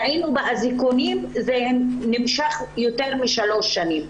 ראינו שבאזיקונים זה נמשך יותר משלוש שנים.